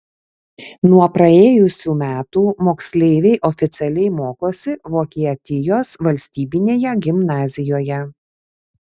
nuo praėjusių metų moksleiviai oficialiai mokosi vokietijos valstybinėje gimnazijoje